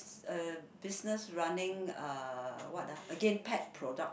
uh business running uh what ah again pet product